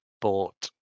bought